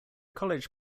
college